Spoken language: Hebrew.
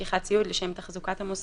תשפ"א-2021 בתוקף סמכותה לפי